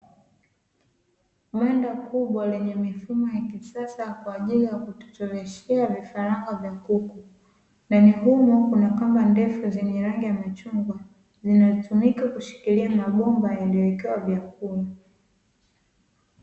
Banda kubwa lenye mifumo ya kisasa kwa ajili ya kutororeshea vifaranga vya kuku, ndani humo kuna kamba ndefu zenye rangi ya machungwa zinatumika kushikilia mabomba yaliyowekewa vyakula.